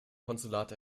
konsulat